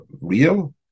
real